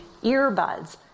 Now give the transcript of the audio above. earbuds